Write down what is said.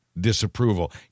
disapproval